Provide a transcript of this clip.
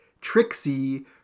Trixie